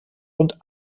und